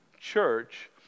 church